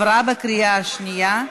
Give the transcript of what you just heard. התקבלה בקריאה ראשונה,